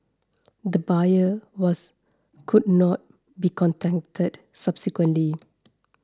the buyer was could not be contacted subsequently